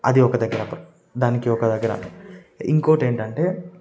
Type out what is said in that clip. అది ఒక దగ్గర ఒకరు దానికి ఒక దగ్గర ఇంకొకటి ఏంటంటే